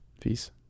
Peace